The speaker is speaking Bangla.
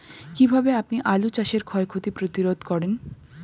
কীভাবে আপনি আলু চাষের ক্ষয় ক্ষতি প্রতিরোধ করেন?